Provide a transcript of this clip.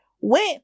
Went